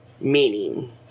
meaning